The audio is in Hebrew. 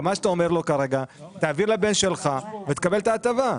מה שאתה אומר לו כרגע זה שיעביר לבן שלו ויקבל את ההטבה.